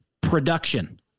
production